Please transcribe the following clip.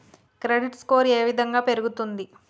Credit score ఏ విధంగా పెరుగుతుంది?